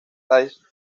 las